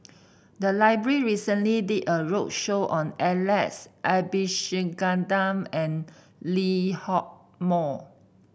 the library recently did a roadshow on Alex Abisheganaden and Lee Hock Moh